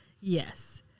Yes